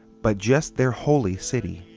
but just their holy city.